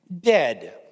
dead